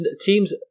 teams